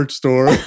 store